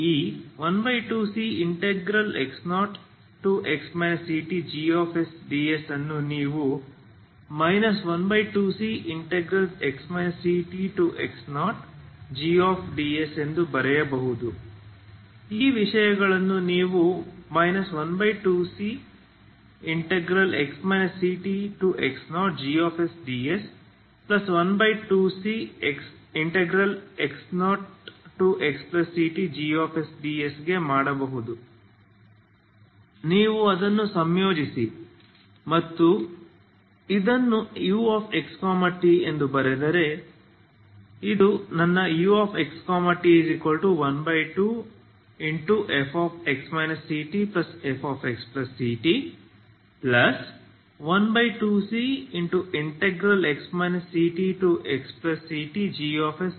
ಈ 12cx0x ctgsds ಅನ್ನು ನೀವು 12cx ctx0gsds ಎಂದು ಬರೆಯಬಹುದು ಈ ವಿಷಯಗಳನ್ನು ನೀವು 12cx ctx0gsds12cx0xctgsds ಗೆ ಮಾಡಬಹುದು ನೀವು ಅದನ್ನು ಸಂಯೋಜಿಸಿ ಮತ್ತು ಇದನ್ನು uxt ಎಂದು ಬರೆದರೆ ಇದು ನನ್ನ uxt 12fx ctfxct12cx ctxctgsds